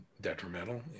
detrimental